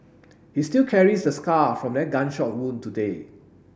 he still carries the scar from that gunshot wound today